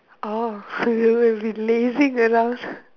orh we will be lazing around